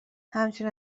همچین